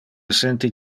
senti